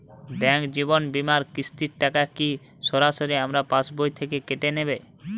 Bank জীবন বিমার কিস্তির টাকা কি সরাসরি আমার পাশ বই থেকে কেটে নিবে?